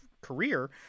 career